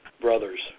brothers